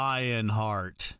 Lionheart